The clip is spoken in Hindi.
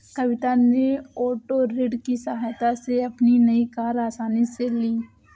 कविता ने ओटो ऋण की सहायता से अपनी नई कार आसानी से ली